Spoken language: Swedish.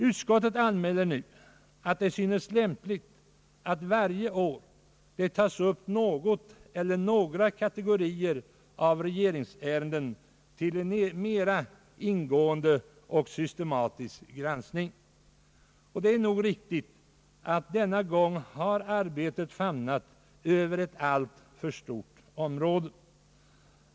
Utskottet anmäler nu, att det synes lämpligt att varje år ta upp något eller några kategorier av regeringsärenden till en mera ingående och systematisk granskning. Det är nog riktigt att arbetet denna gång har famnat över ett alltför stort område.